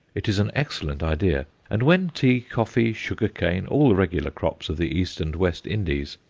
it is an excellent idea, and when tea, coffee, sugar-cane, all the regular crops of the east and west indies,